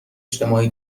جمعی